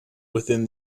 within